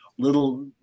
Little